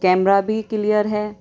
camera بھی clear ہے